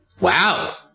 Wow